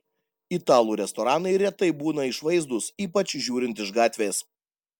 italų restoranai retai būna išvaizdūs ypač žiūrint iš gatvės